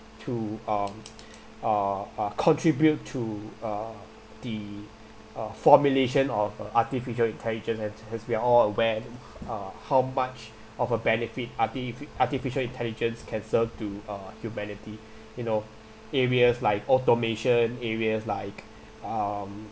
to um uh uh contribute to uh the uh formulation of uh artificial intelligence as as we're all aware uh how much of a benefit artifi~ artificial intelligence can serve to uh humanity you know areas like automation areas like um